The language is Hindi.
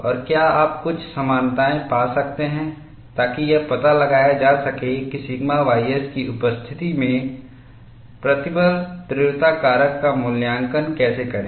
और क्या आप कुछ समानताएं पा सकते हैं ताकि यह पता लगाया जा सके कि सिग्मा ys की उपस्थिति में प्रतिबल तीव्रता कारक का मूल्यांकन कैसे करें